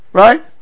right